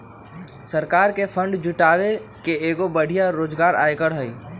सरकार के फंड जुटावे के एगो बढ़िया जोगार आयकर हई